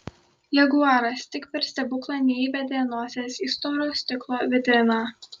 jaguaras tik per stebuklą neįbedė nosies į storo stiklo vitriną